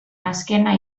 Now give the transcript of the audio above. azkena